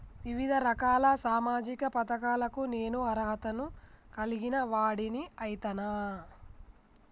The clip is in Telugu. వివిధ రకాల సామాజిక పథకాలకు నేను అర్హత ను కలిగిన వాడిని అయితనా?